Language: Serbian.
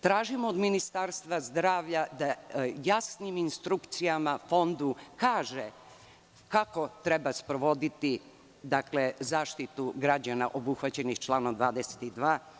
Tražimo od Ministarstva zdravlja da jasnim instrukcijama Fondu kaže kako treba sprovoditi zaštitu građana obuhvaćenih članom 22.